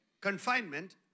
Confinement